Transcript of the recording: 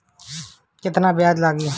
केतना ब्याज लागी?